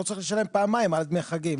לא צריך לשלם פעמיים על דמי חגים,